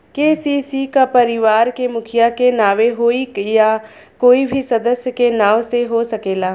KCC का परिवार के मुखिया के नावे होई या कोई भी सदस्य के नाव से हो सकेला?